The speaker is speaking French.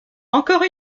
encore